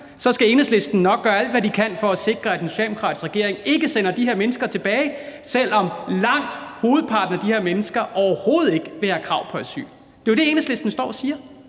skal Enhedslisten nok gøre alt, hvad de kan, for at sikre, at den socialdemokratiske regering ikke sender de her mennesker tilbage, selv om langt hovedparten af de her mennesker overhovedet ikke vil have krav på asyl. Det er jo det, Enhedslistens ordfører